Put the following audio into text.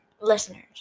listeners